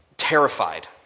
terrified